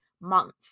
month